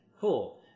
cool